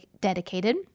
dedicated